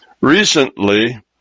recently